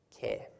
care